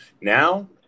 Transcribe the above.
now